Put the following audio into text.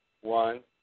one